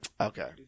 Okay